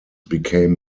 became